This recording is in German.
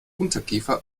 unterkiefer